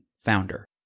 Founder